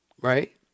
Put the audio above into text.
right